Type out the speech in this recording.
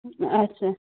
اچھا